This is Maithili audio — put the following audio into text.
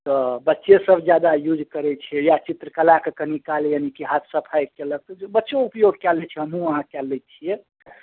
तऽ बच्चे सभ जादा यूज करैत छै या चित्रकला कनि काल यानि कि हाथ सफाइ कयलक तऽ जे बच्चो उपयोग कए लए छै हमहुँ अहाँ कए लए छियै